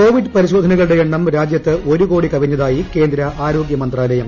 Covid പരിശോധന്കളുടെ എണ്ണം രാജ്യത്ത് ഒരു കോടി കവിഞ്ഞതായി ട്ര്കേന്ദ്ര ആരോഗൃമന്ത്രാലയം